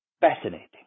Fascinating